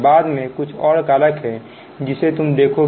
बाद में कुछ और कारक हैं जिसे तुम देखोगे